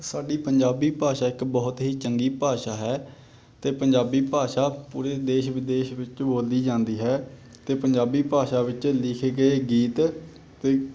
ਸਾਡੀ ਪੰਜਾਬੀ ਭਾਸ਼ਾ ਇੱਕ ਬਹੁਤ ਹੀ ਚੰਗੀ ਭਾਸ਼ਾ ਹੈ ਅਤੇ ਪੰਜਾਬੀ ਭਾਸ਼ਾ ਪੂਰੇ ਦੇਸ਼ ਵਿਦੇਸ਼ ਵਿੱਚ ਬੋਲੀ ਜਾਂਦੀ ਹੈ ਅਤੇ ਪੰਜਾਬੀ ਭਾਸ਼ਾ ਵਿੱਚ ਲਿਖੇ ਗਏ ਗੀਤ ਅਤੇ